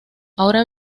ahora